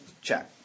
Check